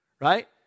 Right